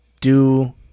do-